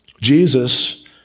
jesus